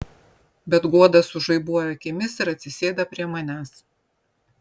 bet guoda sužaibuoja akimis ir atsisėda prie manęs